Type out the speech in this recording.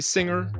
Singer